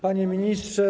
Panie Ministrze!